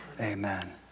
Amen